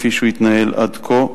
כפי שהוא התנהל עד כה.